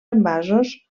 envasos